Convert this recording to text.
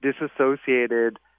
disassociated